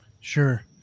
Sure